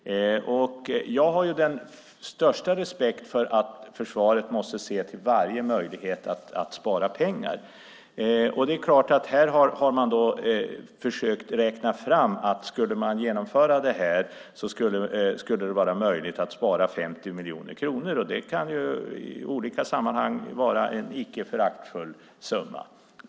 Jag har den största respekt för att försvaret måste se till varje möjlighet att spara pengar. Här är det klart att man har försökt räkna fram att skulle man genomföra detta skulle det vara möjligt att spara 50 miljoner kronor. Det kan i olika sammanhang vara en icke föraktfull summa.